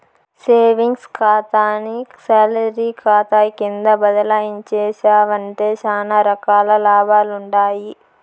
savings కాతాని salary కాతా కింద బదలాయించేశావంటే సానా రకాల లాభాలుండాయి